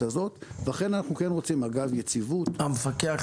הזאת ואכן אנחנו כן רוצים אגב יציבות --- המפקח,